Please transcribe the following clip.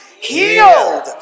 healed